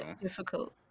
difficult